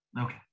Okay